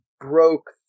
broke